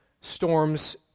storms